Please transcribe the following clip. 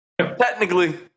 technically